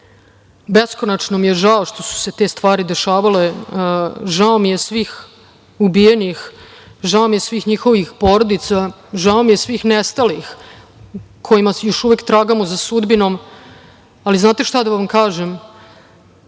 Beskonačno mi je žao što su se te stvari dešavale. Žao mi je svih ubijenih. Žao mi je svih njihovih porodica. Žao mi je svih nestalih kojima još uvek tragamo za sudbinom, ali znate šta? Da vam kažem,